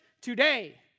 today